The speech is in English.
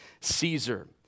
Caesar